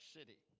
City